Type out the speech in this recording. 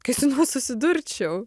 kai su tuo susidurčiau